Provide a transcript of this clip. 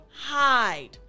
hide